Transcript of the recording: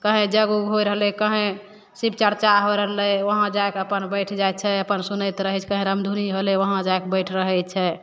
कहीँ यज्ञ उज्ञ होइ रहलै कहीँ शिव चरचा होइ रहलै वहाँ जाके अपन बैठि जाइ छै अपन सुनैत रहै छै कहीँ रामधुनी होलै वहाँ जाके बैठि रहै छै